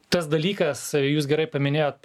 tas dalykas jūs gerai paminėjot